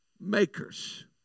Makers